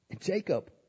Jacob